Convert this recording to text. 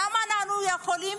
למה אנחנו לא יכולים